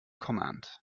command